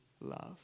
love